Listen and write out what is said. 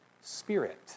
spirit